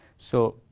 so,